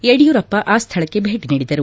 ಯಡಿಯೂರಪ್ಪ ಆ ಸ್ಥಳಕ್ಕೆ ಭೇಟ ನೀಡಿದರು